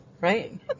Right